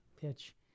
pitch